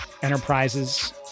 Enterprises